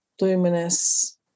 luminous